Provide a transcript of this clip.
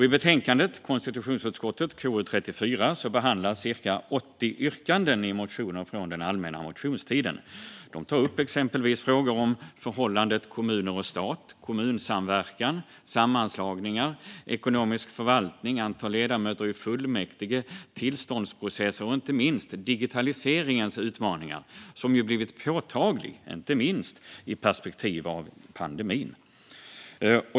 I konstitutionsutskottets betänkande KU34 behandlas cirka 80 yrkanden i motioner från allmänna motionstiden. De tar upp frågor om exempelvis förhållandet kommuner och stat, kommunsamverkan, sammanslagningar, ekonomisk förvaltning, antal ledamöter i fullmäktige, tillståndsprocesser och digitaliseringens utmaningar, som har blivit påtagliga inte minst i perspektiv av pandemin.